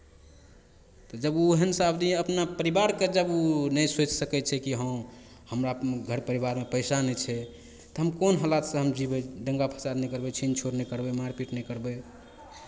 तऽ जब ओ ओहनसभ आदमी अपना परिवारके जब ओ नहि सोचि सकै छै कि हँ हमरा घर परिवारमे पैसा नहि छै तऽ हम कोन हालातसँ हम जीबै दङ्गा फसाद नहि करबै छीन छोड़ नहि करबै मारपीट नहि करबै